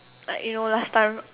like you know last time